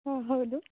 ಹಾಂ ಹೌದು